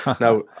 now